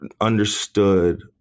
understood